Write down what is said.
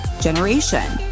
generation